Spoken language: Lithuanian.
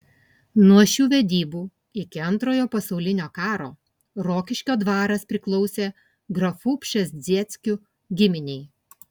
nuo šių vedybų iki antrojo pasaulinio karo rokiškio dvaras priklausė grafų pšezdzieckių giminei